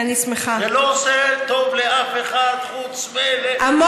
אני קשוב: "זה לא עושה טוב לאף אחד חוץ מל-" הינה,